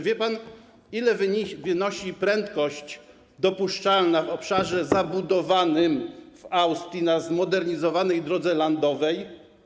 Wie pan, ile wynosi prędkość dopuszczalna w obszarze zabudowanym w Austrii na zmodernizowanej drodze landowej?